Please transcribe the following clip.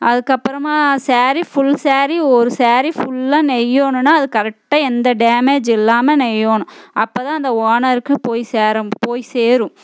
அதுக்கு அப்புறமா சேரி ஃபுள் சேரி ஒரு சேரி ஃபுல்லாக நெய்யணுன்னா அது கரெக்டாக எந்த டேமேஜ்ம் இல்லாமல் நெய்யணும் அப்போ தான் அந்த ஓனருக்கு போய் சேர போய் சேரும்